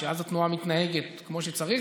שאז התנועה מתנהגת כמו שצריך.